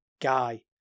guy